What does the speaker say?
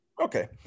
Okay